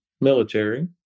military